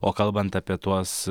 o kalbant apie tuos